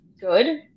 good